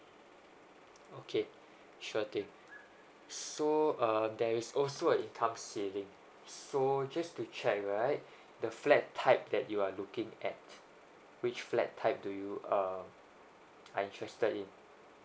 okay sure thing so um there is also an income ceilings so just to check right the flat type that you are looking at which flat type do you uh are interested in